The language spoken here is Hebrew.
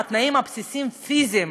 התנאים הבסיסיים הפיזיים,